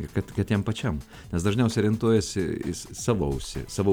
ir kad kitiem pačiam nes dažniausiai orientuojasi į savo ausį savo